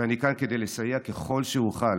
ואני כאן כדי לסייע ככל שאוכל